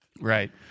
Right